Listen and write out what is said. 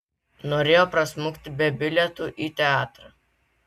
norėjo prasmukti be bilietų į teatrą